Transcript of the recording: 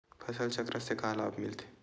फसल चक्र से का लाभ मिलथे?